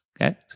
okay